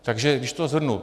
Takže když to shrnu.